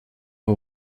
who